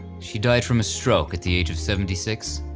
she died from a stroke at the age of seventy six,